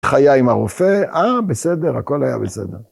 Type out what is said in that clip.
איך היה עם הרופא, אה, בסדר, הכל היה בסדר.